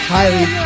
Highly